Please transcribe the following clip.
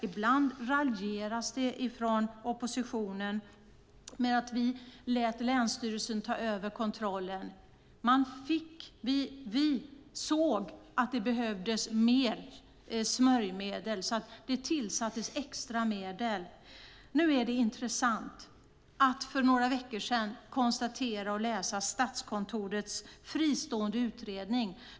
Ibland har oppositionen raljerat om att vi lät länsstyrelsen ta över kontrollen. Vi såg att det behövdes mer smörjmedel, och därför gav vi extra medel. Nu är det intressant att vi för ett par veckor sedan kunde läsa Statskontorets fristående utredning.